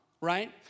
right